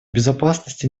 безопасности